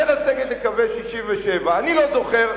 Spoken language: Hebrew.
ולסגת לקווי 67'. אני לא זוכר.